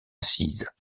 assise